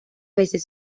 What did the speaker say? veces